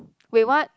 wait what